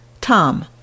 Tom